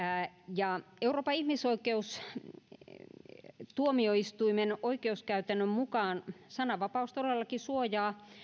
euroopan ihmisoikeustuomioistuimen oikeuskäytännön mukaan sananvapaus todellakin suojaa